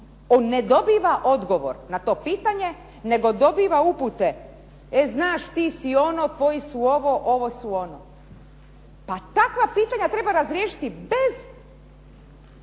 on ne dobiva odgovor na to pitanje nego dobiva upute e znaš ti si ono, tvoji su ovo, ovo su ono. Pa takva pitanja treba razriješiti bez